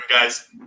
guys